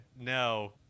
No